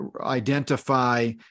identify